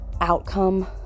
outcome